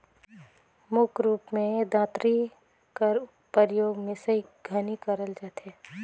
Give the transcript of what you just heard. मुख रूप मे दँतरी कर परियोग मिसई घनी करल जाथे